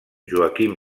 joaquim